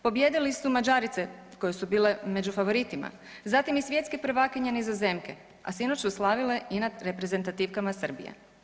Pobijedile su Mađarice koje su bile među favoritima, zatim i svjetske prvakinje Nizozemke, a sinoć su stavile i nad reprezentativkama Srbije.